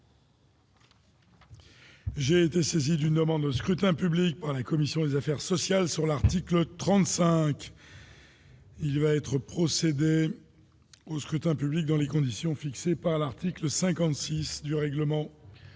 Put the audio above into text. J'ai été saisi d'une demande de scrutin public émanant de la commission des affaires sociales. Il va être procédé au scrutin dans les conditions fixées par l'article 56 du règlement.